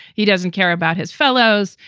he doesn't care about his fellows.